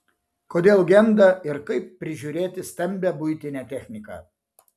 kodėl genda ir kaip prižiūrėti stambią buitinę techniką